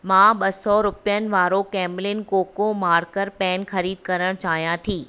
मां ॿ सौ रुपियनि वारो कैमलिन कोकुयो मार्कर पेन ख़रीद करण चाहियां थी